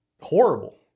horrible